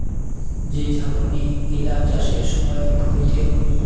যে ঝাপনি গিলা চাষের সময়ত ভুঁইতে হই